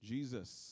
Jesus